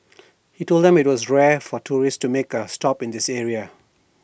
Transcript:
he told them that IT was rare for tourists to make A stop at this area